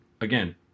Again